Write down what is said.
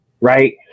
right